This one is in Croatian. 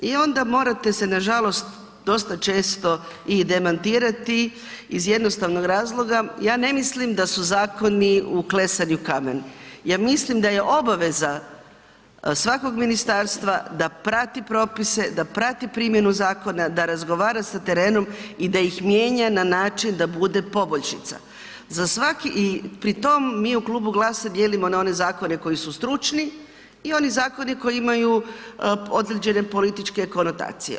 I onda morate se nažalost dosta često i demantirati iz jednostavnog razloga ja ne mislim da su zakoni uklesani u kamen, ja mislim da je obaveza svakog ministarstva da prati propise da prati primjenu zakona da razgovara sa terenom i da ih mijenja na način da bude poboljšica za svaki i pritom mi u klubu GLAS-a dijelimo na one zakone koji su stručni i oni zakoni koje imaju određene političke konotacije.